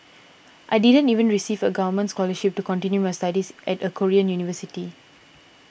I didn't even receive a government scholarship to continue my studies at a Korean university